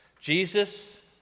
Jesus